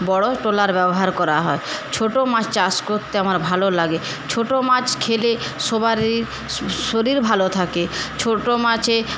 বড় ট্রলার ব্যবহার করা হয় ছোট মাছ চাষ করতে আমার ভালো লাগে ছোট মাছ খেলে সবারই শরীর ভালো থাকে ছোট মাছে